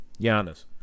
Giannis